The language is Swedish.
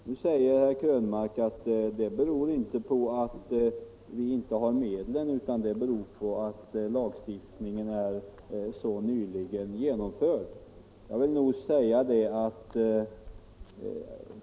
Nu säger herr Krönmark att detta inte beror på att vi inte har medlen, utan att det beror på att lagstiftningen blivit genomförd så nyligen.